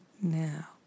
now